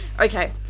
okay